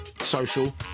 social